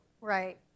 Right